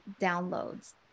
downloads